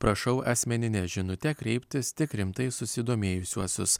prašau asmenine žinute kreiptis tik rimtai susidomėjusiuosius